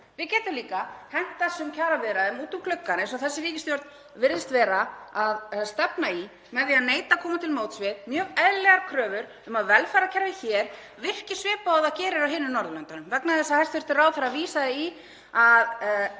Við getum líka hent þessum kjaraviðræðum út um gluggann, eins og þessi ríkisstjórn virðist vera að stefna í að gera, með því að neita að koma til móts við mjög eðlilegar kröfur um að velferðarkerfið hér virki svipað og það gerir á öðrum Norðurlöndum. Vegna þess að hæstv. ráðherra vísaði í að